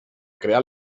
crear